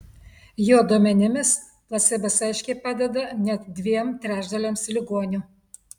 jo duomenimis placebas aiškiai padeda net dviem trečdaliams ligonių